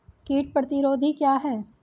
कीट प्रतिरोधी क्या है?